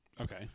Okay